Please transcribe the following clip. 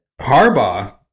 harbaugh